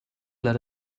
let